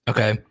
Okay